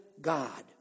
God